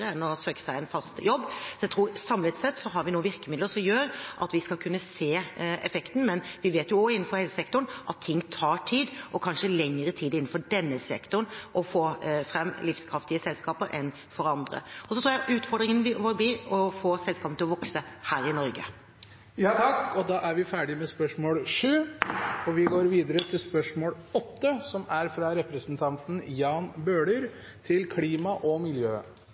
enn å søke seg en fast jobb. Jeg tror vi samlet sett nå har virkemidler som gjør at vi skal kunne se effekten. Men vi vet jo at også innenfor helsesektoren tar ting tid – og det tar kanskje lengre tid for denne sektoren enn for andre å få fram livskraftige selskaper. Så tror jeg utfordringen vår blir å få selskapene til å vokse her i Norge. Jeg tillater meg å stille følgende spørsmål til klima- og miljøministeren: «Det er